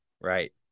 right